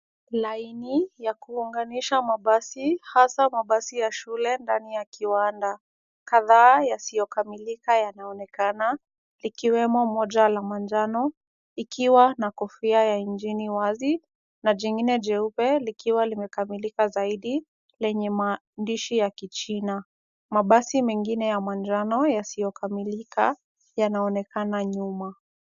Laini ya kuunganisha mabasi, hasa mabasi ya shule ndani ya kiwanda. Kadhaa yasiyokamilika yanaonejkana likiwemo moja la manjano ikiwa na kofia ya injini wazi na jingine jeupe likiwa limekamilika zaidi lenye maandishi ya kichina. Mabasi mengine ya manjano yasiyokamilika yanaonekana nyuma.